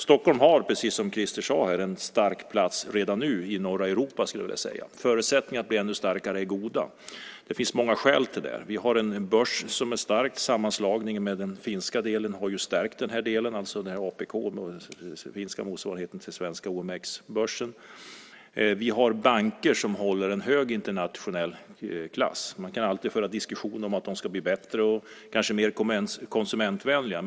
Stockholm har, precis som Christer sade, en stark plats redan nu, i norra Europa, skulle jag vilja säga. Förutsättningarna att bli ännu starkare är goda. Det finns många skäl till det. Vi har en börs som är stark. Sammanslagningen med finska APK, som är den finska motsvarigheten till svenska OMX-börsen, har stärkt den här delen. Vi har banker som håller en hög internationell klass. Man kan alltid föra diskussioner om att de ska bli bättre och kanske mer konsumentvänliga.